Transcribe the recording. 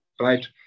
right